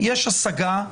יש השגה,